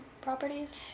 Properties